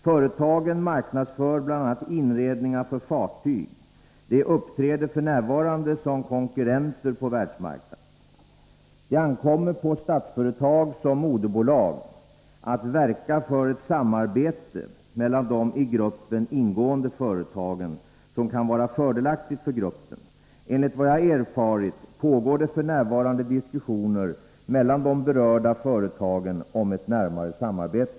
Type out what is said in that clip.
Företagen marknadsför bl.a. inredningar för fartyg. De uppträder f. n. som konkurrenter på världsmarknaden. Det ankommer på Statsföretag som moderbolag att verka för ett samarbete mellan de i gruppen ingående företagen, som kan vara fördelaktigt för gruppen. Enligt vad jag erfarit pågår det f. n. diskussioner mellan de berörda företagen om ett närmare samarbete.